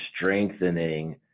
strengthening